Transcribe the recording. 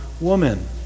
woman